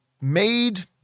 made